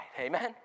Amen